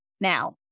now